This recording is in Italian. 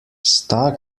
sta